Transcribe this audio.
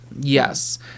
Yes